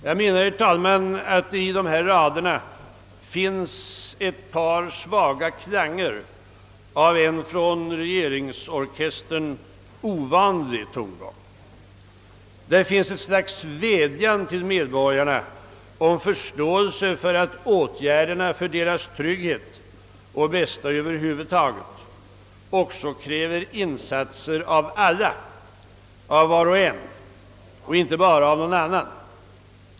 Jag menar, herr talman, att det i dessa rader finns ett par svaga klanger av en i regeringsorkestern ovanlig tongång. Det finns ett slags vädjan till medborgarna om förståelse för att åtgärderna för deras trygghet och bästa över huvud taget också kräver insatser av alla — av var och en och inte bara av någon annan.